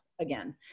again